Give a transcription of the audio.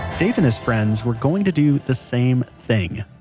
dave and his friends were going to do the same thing,